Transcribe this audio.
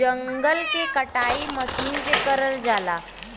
जंगल के कटाई मसीन से करल जाला